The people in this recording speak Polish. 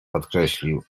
podkreślił